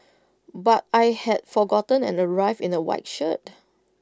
but I had forgotten and arrived in A white shirt